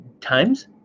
times